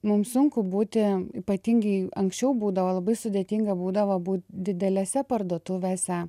mums sunku būti ypatingai anksčiau būdavo labai sudėtinga būdavo būt didelėse parduotuvėse